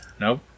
Nope